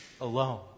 alone